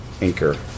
Anchor